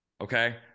Okay